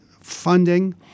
funding